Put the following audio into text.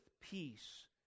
peace